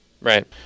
Right